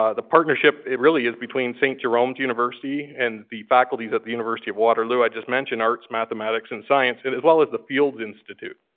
ah the partnership, it really is between st. jerome's university and the faculty at the university of waterloo. i just mentioned arts, mathematics, and science, and as well as the fields institute.